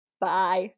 Bye